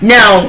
Now